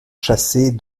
chasser